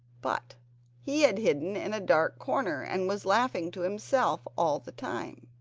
but he had hidden in a dark corner and was laughing to himself all the time.